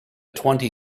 twenty